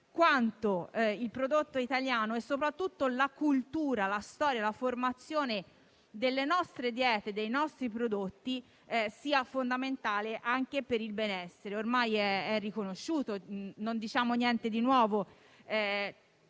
quanto il prodotto italiano e in particolare la cultura, la storia e la composizione delle nostre diete e dei nostri prodotti siano fondamentali anche per il benessere. Ormai è riconosciuto, non diciamo niente di nuovo